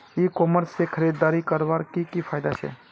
ई commerce से खरीदारी करवार की की फायदा छे?